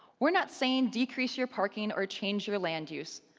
we're not saying decrease your parking or change your land use.